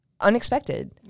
unexpected